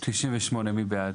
98 מי בעד?